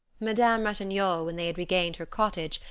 madame ratignolle, when they had regained her cottage,